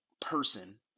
person